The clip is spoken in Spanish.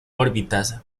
órbitas